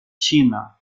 china